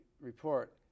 report